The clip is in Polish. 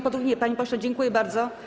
Po drugie, panie pośle, dziękuję bardzo.